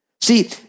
See